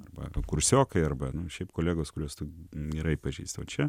arba kursiokai arba šiaip kolegos kuriuos tu gerai pažįsti o čia